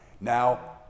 Now